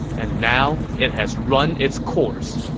and now it has run its course.